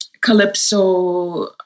calypso